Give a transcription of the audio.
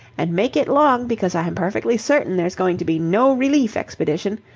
and make it long because i'm perfectly certain there's going to be no relief-expedition.